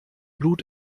blut